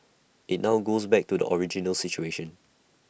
IT now goes back to the original situation